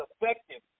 effective